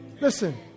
Listen